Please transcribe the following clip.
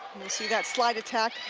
you see that slide attack.